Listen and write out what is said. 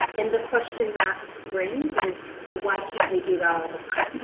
and the question that brings is so why can't we do that all the time.